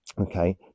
okay